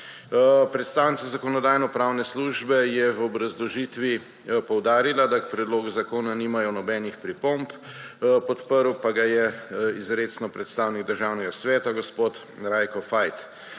Predstavnica Zakonodajno-pravne službe je v obrazložitvi poudarila, da k predlogu zakona nimajo nobenih pripomb. Podprl pa ga je izrecno predstavnik Državnega sveta gospod Rajko Fajt.